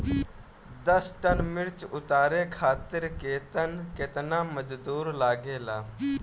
दस टन मिर्च उतारे खातीर केतना मजदुर लागेला?